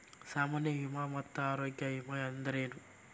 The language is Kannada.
ಸಾಮಾನ್ಯ ವಿಮಾ ಮತ್ತ ಆರೋಗ್ಯ ವಿಮಾ ಅಂದ್ರೇನು?